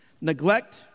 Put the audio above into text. Neglect